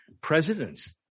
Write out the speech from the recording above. presidents